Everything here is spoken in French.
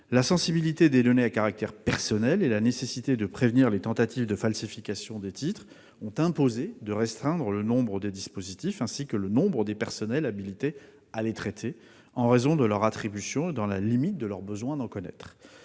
La sensibilité des données à caractère personnel et la nécessité de prévenir les tentatives de falsification des titres ont imposé de restreindre le nombre des dispositifs, ainsi que le nombre des personnels habilités à les traiter, à raison de leurs attributions et dans la limite de leur besoin d'en connaître.